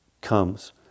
comes